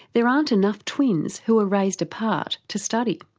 there aren't enough twins who are raised apart to study.